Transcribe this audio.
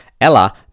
Ella